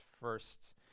first